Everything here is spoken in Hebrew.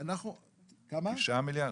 תשעה מיליון.